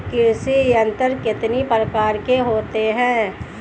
कृषि यंत्र कितने प्रकार के होते हैं?